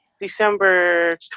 December